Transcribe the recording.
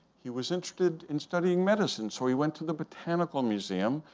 he was interested in studying medicine, so he went to the botanical museum.